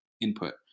input